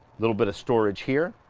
little bit of storage here,